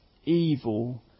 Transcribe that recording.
evil